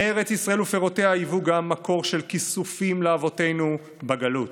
ארץ ישראל ופירותיה היו גם מקור של כיסופים לאבותינו בגלות.